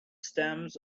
stems